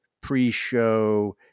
pre-show